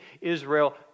Israel